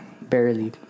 barely